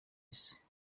isi